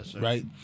right